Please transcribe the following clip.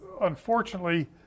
unfortunately